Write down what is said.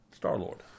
Star-Lord